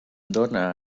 dóna